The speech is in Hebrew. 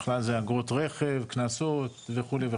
בכלל זה אגרות רכב, קנסות, וכולי.